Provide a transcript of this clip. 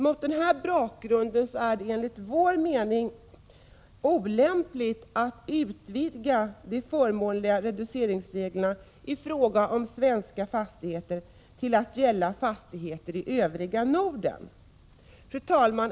Mot den bakgrunden är det enligt vår mening olämpligt att utvidga de förmånliga reduceringsreglerna i fråga om svenska fastigheter till att gälla fastigheter i övriga Norden.